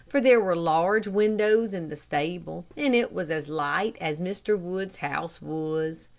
for there were large windows in the stable and it was as light as mr. wood's house was.